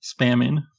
spamming